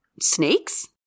snakes